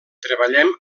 treballem